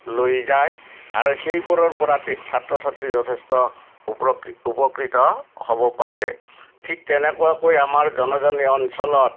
লৈ যায় আৰু সেইবোৰৰ পৰা ছাত্ৰ ছাত্ৰীসকল যথেষ্ট উপকৃত হ'ব পাৰে ঠিক তেনেকুৱাকৈ আমাৰ জনজাতি অঞ্চলত